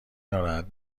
ناراحت